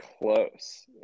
close